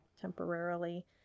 temporarily